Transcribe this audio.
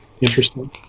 Interesting